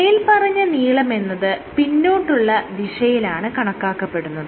മേല്പറഞ്ഞ നീളമെന്നത് പിന്നോട്ടുള്ള ദിശയിലാണ് കണക്കാക്കപ്പെടുന്നത്